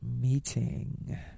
meeting